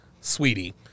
sweetie